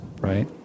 Right